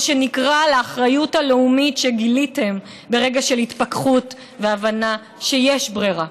או שנקרא על האחריות הלאומית שגיליתם ברגע של התפכחות והבנה שיש ברירה?